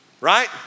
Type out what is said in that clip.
Right